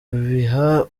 biha